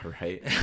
right